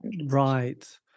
Right